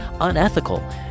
unethical